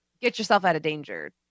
get-yourself-out-of-danger